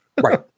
Right